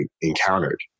encountered